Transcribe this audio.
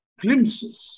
glimpses